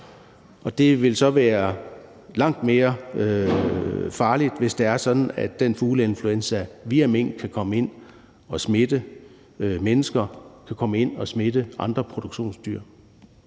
det vil så være langt mere farligt, hvis det er sådan, at den fugleinfluenza via mink kan komme ind og smitte mennesker og komme ind og smitte andre produktionsdyr,